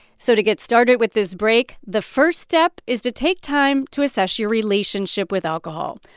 so to get started with this break, the first step is to take time to assess your relationship with alcohol.